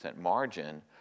margin